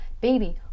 baby